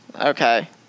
Okay